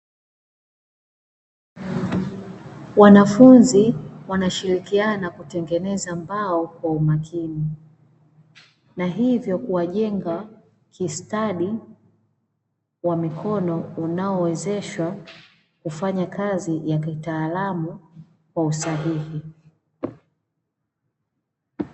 Wanafunzi wanashirikiana na kutengeneza mbao kwa umakini, na hivyo kuwajenga kistadi wa mikono unaowezeshwa kufanya kazi ya mitaalamu wa usahihi.